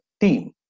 team